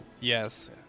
Yes